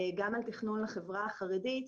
גם על תכנון לחברה החרדית,